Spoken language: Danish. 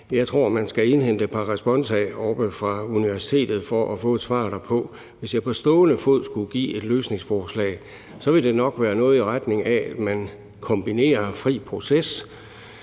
Jeg tror, man skal indhente et par responsa fra universitetet for at få et svar derpå. Hvis jeg på stående fod skulle give et løsningsforslag, ville det nok være noget i retning af, at man kombinerer fri proces